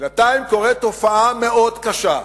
בינתיים קורית תופעה מאוד קשה,